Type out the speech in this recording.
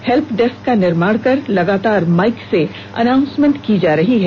helpdesk का निर्माण कर लगातार माइक से अनाउंसमेंट किया जा रहा है